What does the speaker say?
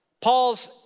Paul's